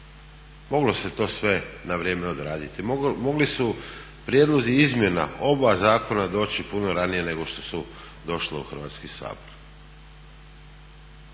Moglo se to sve na vrijeme odraditi, mogli su prijedlozi izmjena oba zakona doći puno ranije nego što su došli u Hrvatski sabor.